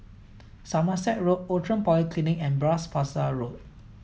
somerset Road Outram Polyclinic and Bras Basah Road